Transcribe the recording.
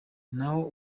naho